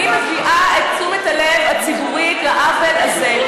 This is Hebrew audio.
אני מביאה את תשומת הלב הציבורית לעוול הזה.